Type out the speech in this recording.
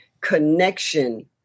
connection